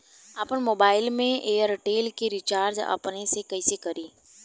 आपन मोबाइल में एयरटेल के रिचार्ज अपने से कइसे करि?